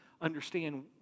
understand